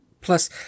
plus